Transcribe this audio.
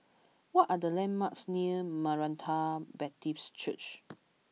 what are the landmarks near Maranatha Baptist Church